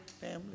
family